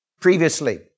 previously